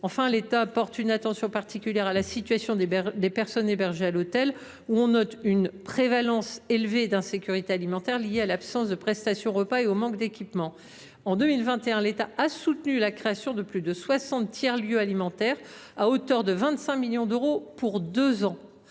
Enfin, l’État porte une attention particulière à la situation des personnes hébergées à l’hôtel, où l’on note une prévalence élevée d’insécurité alimentaire liée à l’absence de prestations repas et au manque d’équipements. En 2021, l’État a soutenu la création de plus de soixante tiers lieux alimentaires, à hauteur de 25 millions d’euros sur deux ans.